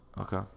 Okay